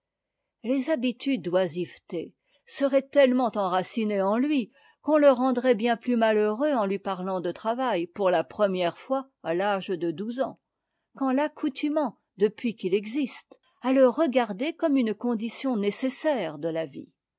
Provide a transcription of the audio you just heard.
les habitudes d'oisivetéseraient tellement enracinées en lui qu'on le rendrait bien plus malheureux en lui parlant de travail pour la première fois à l'âge de douze ans qu'en l'accoutumant depuis qu'il existe à le regarder comme une condition nécessaire de la vie